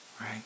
right